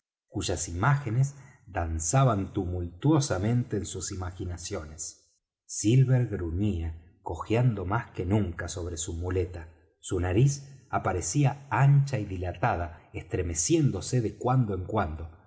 cuyas imágenes danzaban tumultuosamente en sus imaginaciones silver gruñía cojeando más que nunca sobre su muleta su nariz aparecía ancha y dilatada estremeciéndose de cuando en cuando